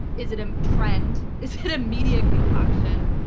is it a trend? is it a media concoction?